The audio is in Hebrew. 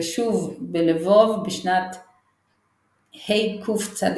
ושוב בלבוב בשנת הקצ"ח.